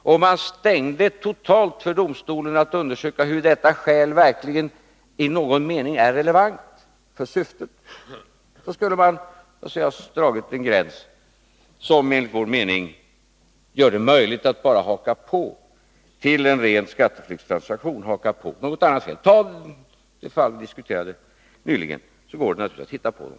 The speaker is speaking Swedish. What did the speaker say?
Om man totalt stängde domstolarnas möjligheter att undersöka huruvida detta skäl verkligen är i någon mening relevant för syftet, skulle man ha dragit en gräns som enligt vår mening gör det möjligt att bara haka på och göra det hela till en ren skatteflyktstransaktion. Det gäller exempelvis de fall vi nyss diskuterade.